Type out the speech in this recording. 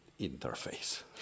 interface